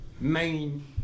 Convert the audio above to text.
main